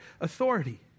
authority